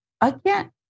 Again